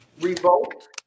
revolt